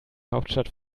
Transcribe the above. hauptstadt